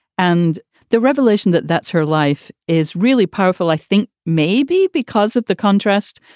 and the revelation that that's her life is really powerful. i think maybe because of the contrast,